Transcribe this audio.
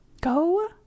go